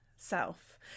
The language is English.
self